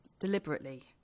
Deliberately